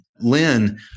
Lynn